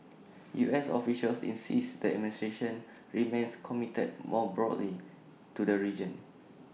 U S officials insist the administration remains committed more broadly to the region